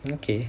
okay